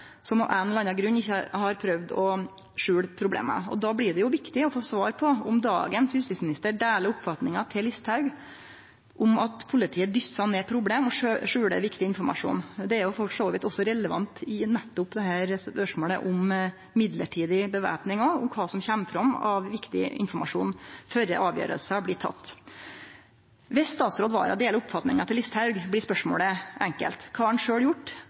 som av ein eller annan grunn har prøvd å skjule problema. Då blir det viktig å få svar på om dagens justisminister deler oppfatninga til Listhaug om at politiet dyssar ned problem og skjuler viktig informasjon. Det er for så vidt også relevant i spørsmålet om mellombels væpning kva som kjem fram av viktig informasjon før avgjerder blir tekne. Viss statsråd Wara deler oppfatninga til Listhaug, blir spørsmålet enkelt: Kva har han sjølv gjort,